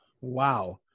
Wow